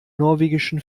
norwegischen